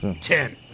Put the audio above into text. Ten